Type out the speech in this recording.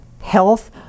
health